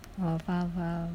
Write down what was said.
oh faham faham